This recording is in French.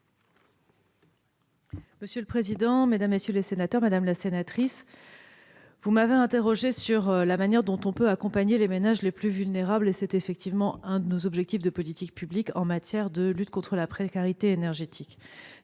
? La parole est à Mme la secrétaire d'État. Madame la sénatrice, vous m'avez interrogée sur la manière dont on peut accompagner les ménages les plus vulnérables. Il s'agit effectivement de l'un de nos objectifs de politique publique en matière de lutte contre la précarité énergétique.